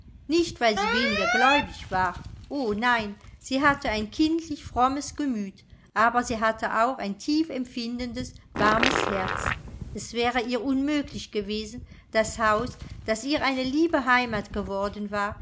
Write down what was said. nicht weil sie weniger gläubig war o nein sie hatte ein kindlich frommes gemüt aber sie hatte auch ein tiefempfindendes warmes herz es wäre ihr unmöglich gewesen das haus das ihr eine liebe heimat geworden war